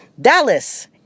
Dallas